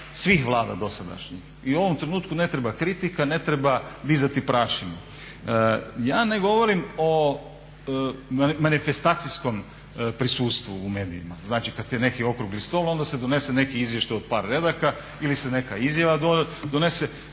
svih Vlada dosadašnjih. I u ovom trenutku ne treba kriti …/Govornik se ne razumije./… ne treba dizati prašinu. Ja ne govorim o manifestacijskom prisustvu u medijima. Znači kada je neki okrugli stol, onda se donese neki izvještaj od par redaka ili se neka izjava donese.